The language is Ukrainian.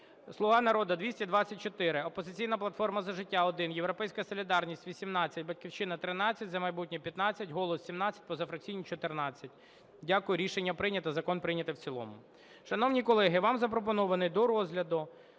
"Слуга народу" – 224, "Опозиційна платформа - За життя" – 1, "Європейська солідарність" – 18, "Батьківщина" – 13, "За майбутнє" – 15, "Голос" – 17, позафракційні – 14. Дякую. Рішення прийнято. Закон прийнятий в цілому. Шановні колеги, вам запропонований до розгляду